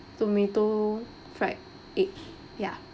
tomato fried egg yeah